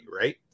right